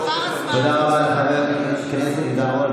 בוקר טוב, תודה רבה לחבר הכנסת עידן רול.